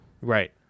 Right